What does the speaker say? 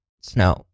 snow